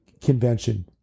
convention